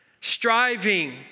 striving